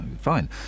fine